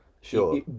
sure